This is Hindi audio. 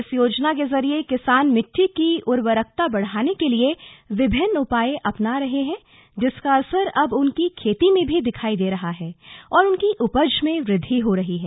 इस योजना के जरिए किसान मिट्टी की उर्वरकता बढ़ाने के लिए विभिन्न उपाय अपना रहे हैं जिसका असर अब उनकी खेती में भी दिखाई दे रहा है और उनकी उपज में वृद्धि हो रही है